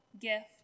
gift